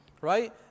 right